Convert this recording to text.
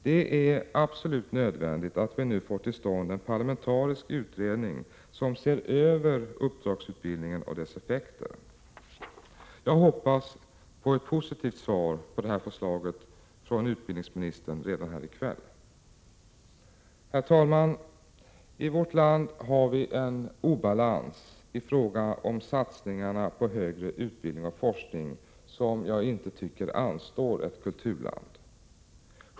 Det är absolut nödvändigt att vi nu får till stånd en parlamentarisk utredning som ser över uppdragsutbildningen och dess effekter. Jag hoppas på ett positivt svar på det förslaget från utbildningsministern redan här i kväll. Herr talman! I vårt land har vi en obalans i fråga om satsningarna på högre utbildning och forskning som inte anstår ett kulturland.